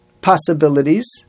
possibilities